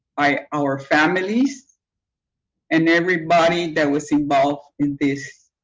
by our families and everybody that was involved in this.